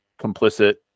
complicit